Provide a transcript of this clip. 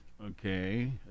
Okay